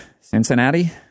Cincinnati